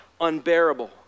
unbearable